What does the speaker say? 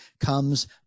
comes